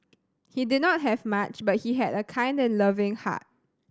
he did not have much but he had a kind and loving heart